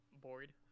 bored